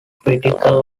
critical